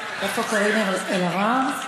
איתן כבל, פתיחה מפוארת.